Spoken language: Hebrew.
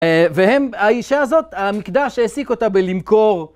והם, האישה הזאת, המקדש העסיק אותה בלמכור.